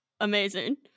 amazing